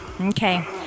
Okay